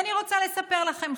ואני רוצה לספר לכם,